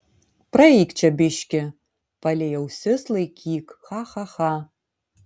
praeik čia biškį palei ausis laikyk cha cha cha